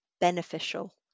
beneficial